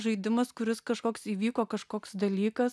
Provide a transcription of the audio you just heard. žaidimas kuris kažkoks įvyko kažkoks dalykas